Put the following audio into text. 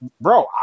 bro